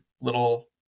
little